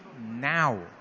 now